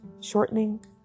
shortening